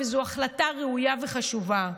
וזו החלטה ראויה וחשובה,